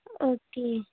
okay